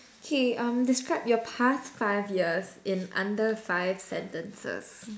K um describe your past five years in under five sentences